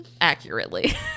accurately